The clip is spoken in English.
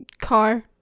Car